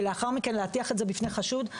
ולאחר מכן להטיח את זה בפני חשוד.